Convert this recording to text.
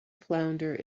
flounder